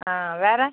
ஆ வேறு